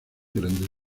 grandes